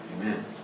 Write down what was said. Amen